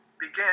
began